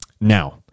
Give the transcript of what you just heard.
Now